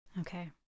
Okay